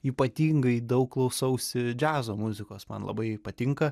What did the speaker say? ypatingai daug klausausi džiazo muzikos man labai patinka